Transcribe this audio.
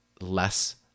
less